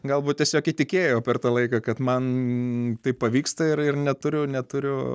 galbūt tiesiog įtikėjau per tą laiką kad man tai pavyksta ir neturiu neturiu